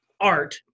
art